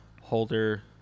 holder